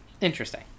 Interesting